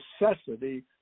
necessity